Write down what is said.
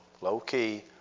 low-key